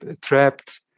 Trapped